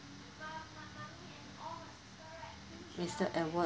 mister edward